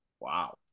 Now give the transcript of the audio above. wow